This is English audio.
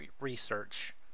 research